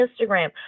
Instagram